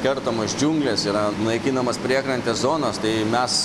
kertamos džiunglės yra naikinamos priekrantės zonos tai mes